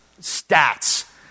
stats